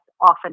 often